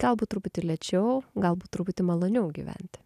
galbūt truputį lėčiau galbūt truputį maloniau gyventi